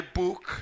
book